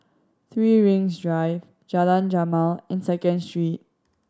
Three Rings Drive Jalan Jamal and Second Street